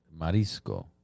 marisco